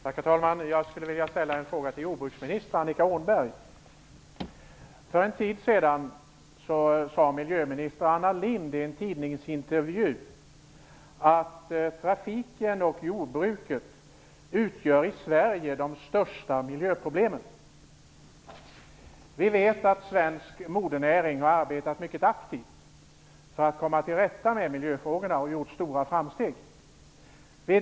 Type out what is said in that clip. Herr talman! Jag skulle vilja ställa en fråga till jordbruksminister Annika Åhnberg. För en tid sedan sade miljöminister Anna Lindh i en tidningsintervju att trafiken och jordbruket utgör i Sverige de största miljöproblemen. Vi vet att svensk modernäring mycket aktivt har arbetat för att kommma till rätta med miljöfrågorna och att stora framsteg gjorts.